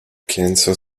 cancer